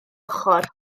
ochr